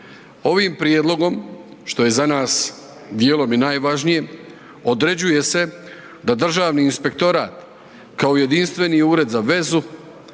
Ovim prijedlogom što je za nas dijelom i najvažnije određuje se da Državni inspektorat kao jedinstveni ured za vezu